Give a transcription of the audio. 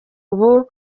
ubu